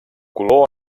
color